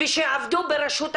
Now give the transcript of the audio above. ושיעבדו ברשות המסים,